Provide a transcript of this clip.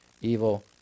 evil